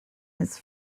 his